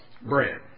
bread